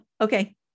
Okay